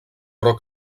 però